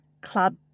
Club